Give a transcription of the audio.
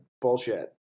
bullshit